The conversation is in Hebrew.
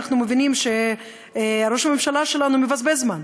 אנחנו מבינים שראש הממשלה שלנו מבזבז זמן.